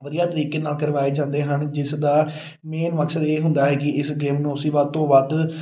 ਵਧੀਆ ਤਰੀਕੇ ਨਾਲ ਕਰਵਾਏ ਜਾਂਦੇ ਹਨ ਜਿਸ ਦਾ ਮੇਨ ਮਕਸਦ ਇਹ ਹੁੰਦਾ ਹੈ ਕਿ ਇਸ ਗੇਮ ਨੂੰ ਅਸੀਂ ਵੱਧ ਤੋਂ ਵੱਧ